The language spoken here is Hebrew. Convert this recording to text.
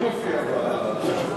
כי זה לא מופיע בסדר-היום.